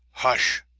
hush!